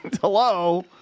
hello